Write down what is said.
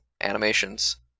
animations